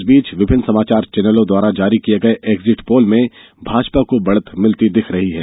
इस बीच विभिन्न समाचार चैनलों द्वारा जारी किए गए एग्जिट पोल में भाजपा को बढ़त मिलती दिख रही है